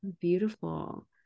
Beautiful